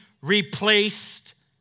replaced